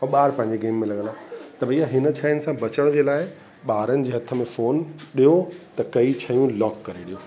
औरि ॿार पंहिंजे गेम में लॻियलु आहे त भई हिन शयुनि सां बचण जे लाइ ॿारनि जे हथ में फोन ॾियो त कई शयूं लॉक करे ॾियो